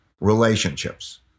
Relationships